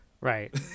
Right